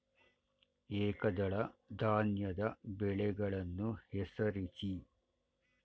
ಏಕದಳ ಧಾನ್ಯದ ಬೆಳೆಗಳನ್ನು ಹೆಸರಿಸಿ?